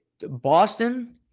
Boston